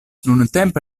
nuntempe